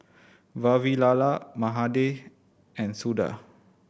Vavilala Mahade and Suda